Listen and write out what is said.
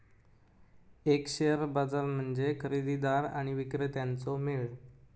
एक शेअर बाजार म्हणजे खरेदीदार आणि विक्रेत्यांचो मेळ